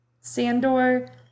Sandor